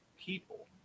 people